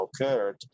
occurred